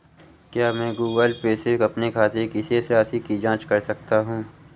क्या मैं Google Pay से अपने खाते की शेष राशि की जाँच कर सकता हूँ?